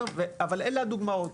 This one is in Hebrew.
אבל אלה הדוגמאות.